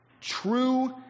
true